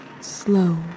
slow